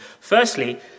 Firstly